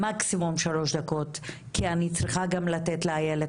מקסימום שלוש דקות כי אני צריכה גם לתת לאיילת